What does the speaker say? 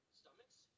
stomachs